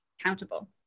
Accountable